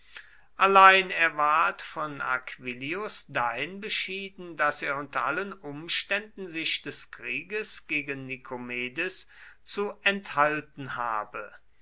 allein er ward von aquillius dahin beschieden daß er unter allen umständen sich des krieges gegen nikomedes zu enthalten habe